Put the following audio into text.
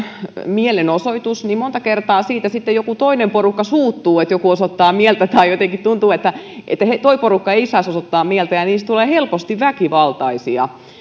mielenosoitus niin monta kertaa siitä sitten joku toinen porukka suuttuu kun joku osoittaa mieltä tai jotenkin tuntuu että että tuo porukka ei saisi osoittaa mieltä ja niistä tulee helposti väkivaltaisia